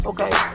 Okay